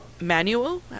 Manual